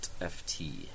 FT